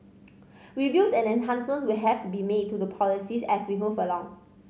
reviews and enhancements will have to be made to the policies as we move along